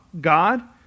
God